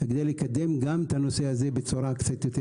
כדי לקדם גם את הנושא הזה בצורה קצת יותר